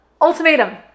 ultimatum